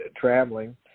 traveling